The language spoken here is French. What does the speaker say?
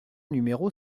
numéro